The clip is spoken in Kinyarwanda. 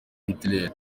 hitler